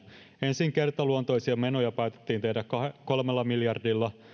ensin kertaluontoisia menoja päätettiin tehdä kolmella miljardilla